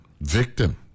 victim